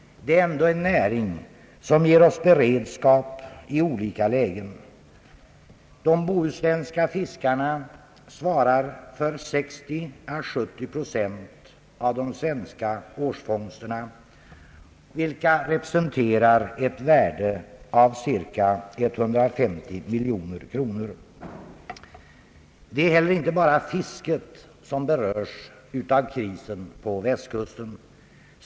Det är ändå en näring, Allmänpolitisk debatt som ger oss beredskap i olika lägen. De bohuslänska fiskarna svarar för 60 å 70 procent av de svenska årsfångsterna, vilka representerar ett värde av cirka 150 miljoner kronor. Det är inte bara fisket, som berörs av krisen på västkusten.